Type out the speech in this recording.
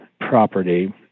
property